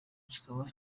kikaba